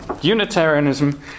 Unitarianism